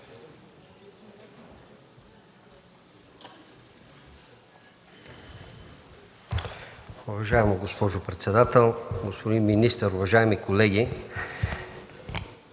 Уважаема госпожо председател, господин министър, уважаеми колеги!